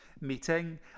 meeting